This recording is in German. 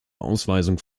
ausweisung